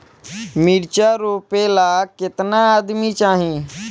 मिर्च रोपेला केतना आदमी चाही?